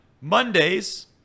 Mondays